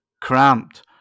Cramped